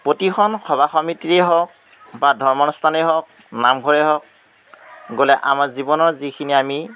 প্ৰতিখন সভা সমিতিয়েই হওক বা ধৰ্ম অনুষ্ঠানেই হওক নামঘৰে হওক গ'লে আমাৰ জীৱনৰ যিখিনি আমি